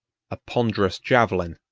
a ponderous javelin,